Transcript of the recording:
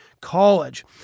college